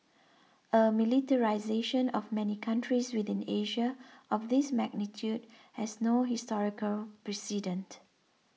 a militarisation of many countries within Asia of this magnitude has no historical precedent